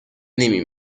نمی